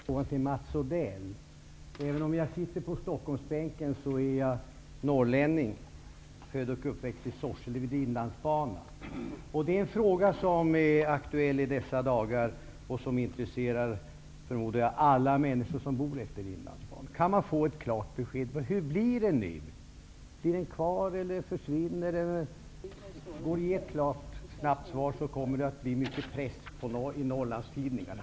Herr talman! Jag vill ställa en fråga till Mats Odell. Även om jag sitter i Stockholmsbänken är jag norrlänning, född och uppvuxen i Sorsele vid Inlandsbanan. Det gäller en fråga som är aktuell i dessa dagar och som intresserar, förmodar jag, alla människor som bor efter Inlandsbanan: Kan man få ett klart besked? Hur blir det nu med Kan vi få ett klart svar i dag, kommer det att bli press i Norrlandstidningarna.